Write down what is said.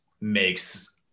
makes